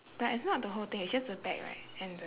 but it's not the whole thing it's just the back right and the